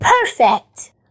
Perfect